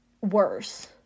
worse